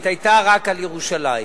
היתה רק על ירושלים,